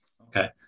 Okay